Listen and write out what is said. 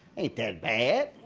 ain't that bad.